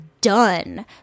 done